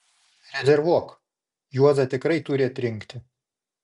rezervuok juozą tikrai turi atrinkti